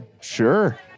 Sure